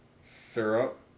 Syrup